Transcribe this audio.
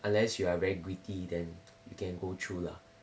unless you are very gritty then you can go through that